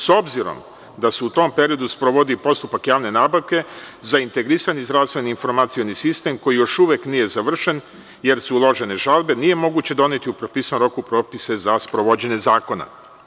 S obzirom da se u tom periodu sprovodi postupak javne nabavke za integrisani zdravstveni informacioni sistem koji još uvek nije završen jer su uložene žalbe nije moguće doneti u propisanom roku propise za sprovođenje zakona.